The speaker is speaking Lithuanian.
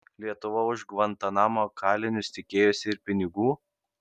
lietuva už gvantanamo kalinius tikėjosi ir pinigų